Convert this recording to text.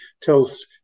tells